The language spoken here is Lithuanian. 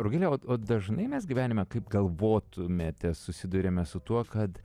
rugile o o dažnai mes gyvenime kaip galvotumėte susiduriame su tuo kad